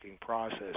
process